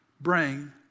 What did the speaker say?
bring